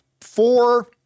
Four